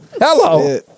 Hello